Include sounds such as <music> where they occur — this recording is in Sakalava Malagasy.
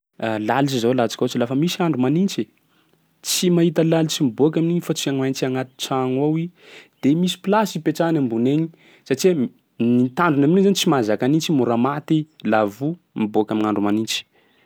<hesitation> Lalitsy 'zao alatsika ohatsy lafa misy andro manintsy, tsy mahita lalitsy miboaky amin'igny fa tsy maintsy agnaty tragno ao i de misy plasy ipetrahany ambony egny satsia m- ny tandrony amin'igny zany tsy mahazaka nintsy, mora maty laha vo miboaky amin'gn'andro manintsy.